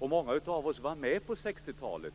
Många av oss var med på 60-talet.